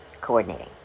coordinating